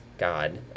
God